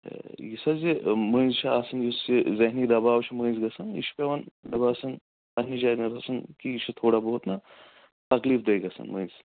تہٕ یُس حظ یہِ مٔنٛزۍ چھُ آسان یُس یہِ ذہنی دَباو چھُ مٔنٛزۍ گژھان یہِ چھُ پیٚوان مےٚ باسان پَنٕنہِ جایہِ مےٚ باسان کہِ یہِ چھُ تھوڑا بہت نہ تَکلیٖف دیٚہ گژھان مٔنٛزۍ